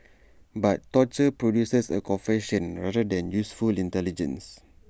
but torture produces A confession rather than useful intelligence